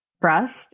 trust